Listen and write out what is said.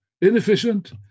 inefficient